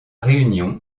réunion